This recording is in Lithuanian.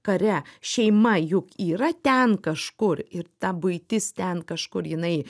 kare šeima juk yra ten kažkur ir ta buitis ten kažkur jinai